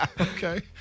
Okay